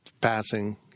passing